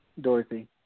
Dorothy